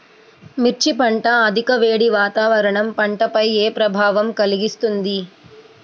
మిర్చి పంట అధిక వేడి వాతావరణం పంటపై ఏ ప్రభావం కలిగిస్తుంది?